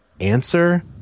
answer